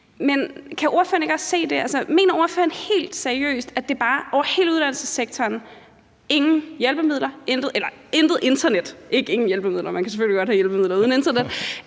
det? Mener ordføreren helt seriøst, at der bare over hele uddannelsessektoren skal være intet internet – ikke ingen hjælpemidler; man kan selvfølgelig godt have hjælpemidler uden internet?